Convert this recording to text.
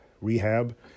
rehab